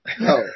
No